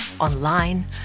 online